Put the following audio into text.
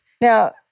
Now